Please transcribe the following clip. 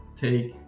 take